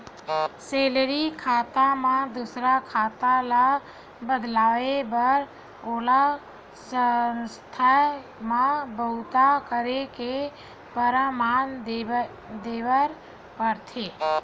salary खाता म दूसर खाता ल बदलवाए बर ओला संस्था म बूता करे के परमान देबर परथे